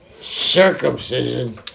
circumcision